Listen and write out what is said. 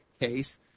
case